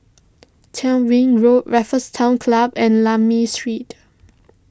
Tyrwhitt Road Raffles Town Club and Lakme Street